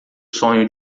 sonho